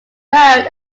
road